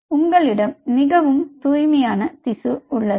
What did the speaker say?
எனவே உங்களிடம் மிகவும் தூய்மையான திசு உள்ளது